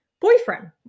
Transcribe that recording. boyfriend